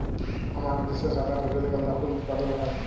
আমাদের দ্যাশে সাদা রজলিগন্ধা ফুল উৎপাদল হ্যয়